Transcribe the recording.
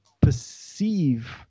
perceive